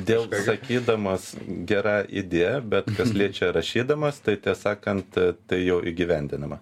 dėl sakydamas gera idėja bet kas liečia rašydamas tai tie sakant tai jau įgyvendinama